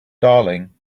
darling